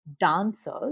dancers